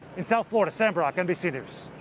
in south florida, sam brock, nbc news.